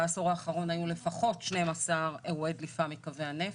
בעשור האחרון היו לפחות 12 אירועי דליפה מקווי הנפט,